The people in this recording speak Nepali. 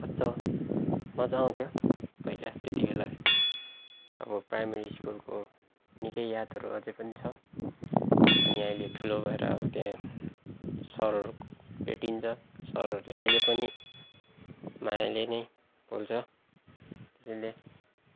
अब कस्तो मजा आउँथ्यो पहिला त्यति बेला अब प्राइमेरी स्कुलको निकै यादहरू अझै पनि छ अनि अहिले ठुलो भएर अब त्यहाँ सरहरू भेटिन्छ सरहरूले अहिले पनि मायाले नै बोल्छ त्यसले